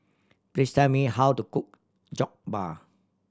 please tell me how to cook Jokbal